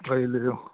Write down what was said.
अलिअलि लैजाउँ